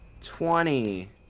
twenty